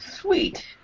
Sweet